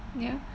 ya